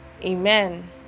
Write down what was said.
amen